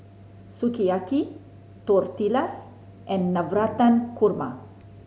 Sukiyaki Tortillas and Navratan Korma